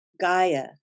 Gaia